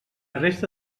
resta